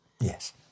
Yes